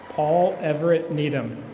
paul everett needum.